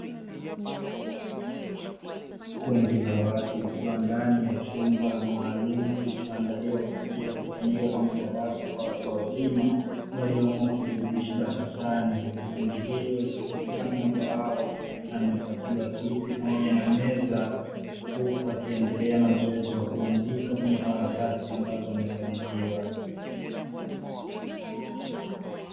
Kundi la watu likiwa ndani ya humba maalumu kilichoandaliwa kwa ajili ya kutumika kama darasa kwa watu wazima, walioamua kujirudisha darasani, huku kundi hilo likiwa kila mmoja wao amepatiwa kiti pamoja na meza, huku wakiendelea na zoezi la kuandika kwenye karatasi ambazo wamekabidhiwa.